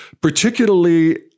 particularly